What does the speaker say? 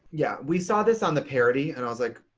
yeah. we saw this on the parody and i was like,